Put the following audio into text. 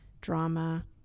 drama